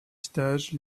stage